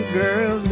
girl